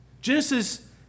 Genesis